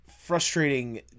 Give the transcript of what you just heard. frustrating